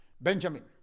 Benjamin